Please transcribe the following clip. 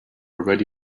already